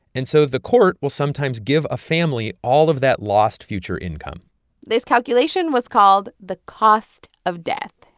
and so the court will sometimes give a family all of that lost future income this calculation was called the cost of death.